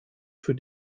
für